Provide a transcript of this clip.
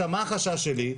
מה החשש שלי?